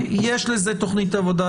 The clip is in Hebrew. יש לזה תוכנית עבודה?